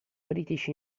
british